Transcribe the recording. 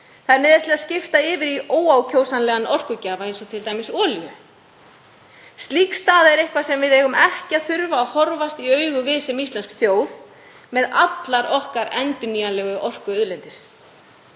Þær neyðast því til að skipta yfir í óákjósanlegan orkugjafa eins og t.d. olíu. Slík staða er nokkuð sem við eigum ekki að þurfa að horfast í augu við sem íslensk þjóð með allar okkar endurnýjanlegu orkuauðlindir.